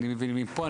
אם אני מבין מפה,